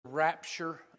rapture